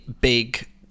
big